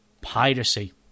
Piracy